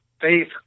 faith